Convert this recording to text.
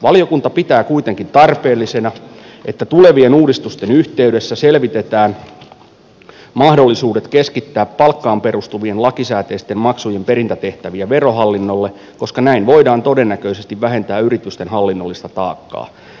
valiokunta pitää kuitenkin tarpeellisena että tulevien uudistusten yhteydessä selvitetään mahdollisuudet keskittää palkkaan perustuvien lakisääteisten maksujen perintätehtäviä verohallinnolle koska näin voidaan todennäköisesti vähentää yritysten hallinnollista taakkaa